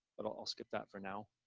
but i'll skip that for now.